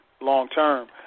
long-term